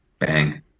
bang